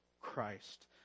Christ